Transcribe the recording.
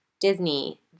Disney